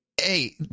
hey